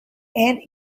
and